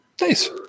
nice